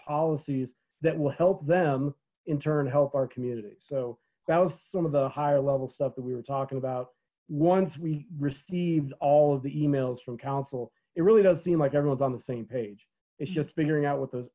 policies that will help them in turn help our community so that was some of the higher level stuff that we were talking about once we received all of the emails from council it really does seem like everyone's on the same page it's just figuring out what those